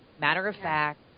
matter-of-fact